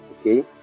Okay